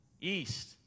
East